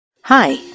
Hi